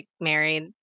married